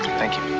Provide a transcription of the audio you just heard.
thank you.